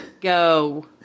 go